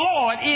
Lord